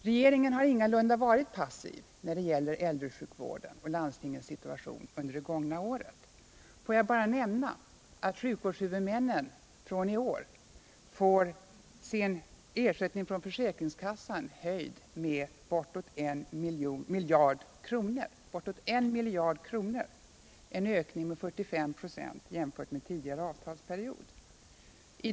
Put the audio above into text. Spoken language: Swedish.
Regeringen har ingalunda varit passiv när det gäller äldresjukvården och landstingens situation under det gångna året. Får jag bara nämna att sjukvårdshuvudmännen fr.o.m. iår får sin ersättning från försäkringskassan höjd med bortåt en miljard kronor, dvs. en ökning med 45 96 jämfört med tidigare avtalsperiod.